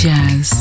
Jazz